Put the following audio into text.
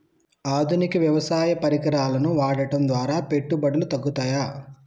ఆధునిక వ్యవసాయ పరికరాలను వాడటం ద్వారా పెట్టుబడులు తగ్గుతయ?